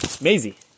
Maisie